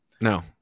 no